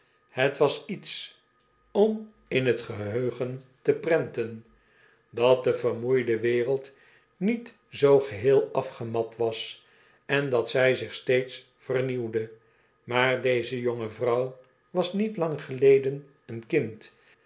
het was iets om in t geheugen te prenten dat de vermoeide wereld niet zoo geheel afgemat was en dat zij zich steeds vernieuwde maar deze jonge vrouw was niet lang geleden een kind